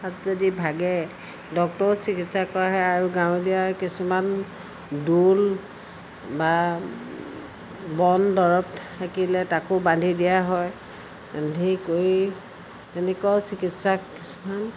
হাত যদি ভাগে ডক্তৰো চিকিৎসা কৰা হয় আৰু গাঁৱলীয়া কিছুমান দোল বা বনদৰৱ থাকিলে তাকো বান্ধি দিয়া হয় বান্ধি কৰি তেনেকুৱাও চিকিৎসা কিছুমান